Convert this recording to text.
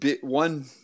one